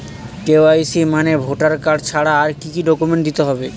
KYC মানে voter card ছাড়া আর কি কি ডকুমেন্ট দিতে হবে?